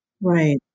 Right